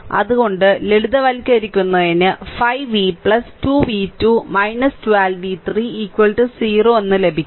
അതിനാൽ ലളിതവൽക്കരിക്കുന്നതിന് 5 v 2 v2 12 v3 0 ലഭിക്കും